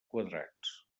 quadrats